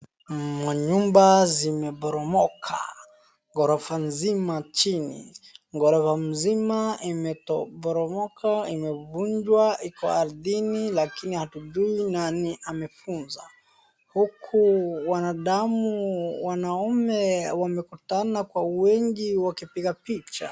Manyumba zimeporomoka, ghorofa nzima chini. Ghorofa nzima imeporomoka, imevunjwa iko ardhini lakini hatujui nani amevunja. Huku wanadamu wanaume wamekutana kwa wingi wakipiga picha.